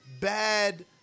bad